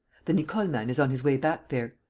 the nicole man is on his way back there.